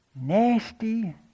nasty